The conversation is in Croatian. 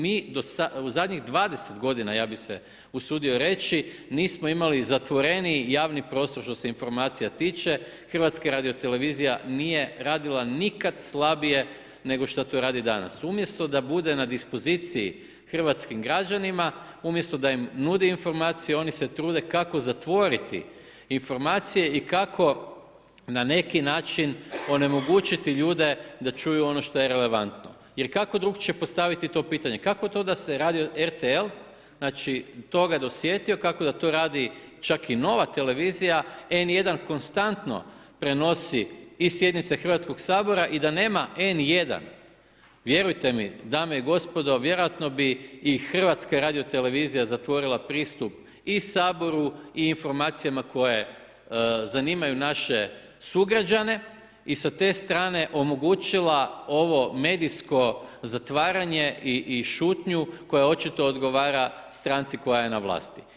Mi u zadnjih 20 godina, ja bi se usudio reći, nismo imali zatvoreniji javni prostor što se informacija tiče, HRT nije radila nikad slabije nego šta to radi danas. umjesto da bude na dispoziciji hrvatskim građanima, umjesto da im nudi informacije, oni se trude kako zatvoriti informacije i kako na neki način onemogućiti ljude da čuju ono što je relevantno jer kako drukčije postaviti to pitanje, kako to da se ranije RTL toga dosjetio, kako da to radi i Nova tv, N1 konstantno prenosi i sjednice Hrvatskog sabora i da nema N1, vjerujte mi, dame i gospodo, vjerojatno bi i HRT zatvorila pristup i Saboru i informacijama koje zanimaju naše sugrađane i sa te strane omogućila ovo medijsko zatvaranje i šutnju koja očito odgovara stranci koja je na vlasti.